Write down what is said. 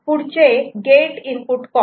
पुढचे gate input cost